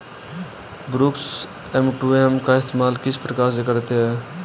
Brokers M to M का इस्तेमाल किस प्रकार से करते हैं?